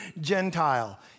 Gentile